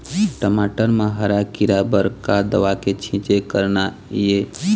टमाटर म हरा किरा बर का दवा के छींचे करना ये?